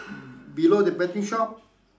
below the betting shop